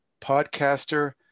podcaster